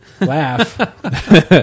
laugh